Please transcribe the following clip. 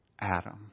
Adam